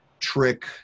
trick